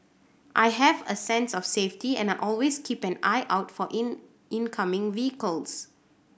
I have a sense of safety and I always keep an eye out for in incoming vehicles